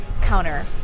counter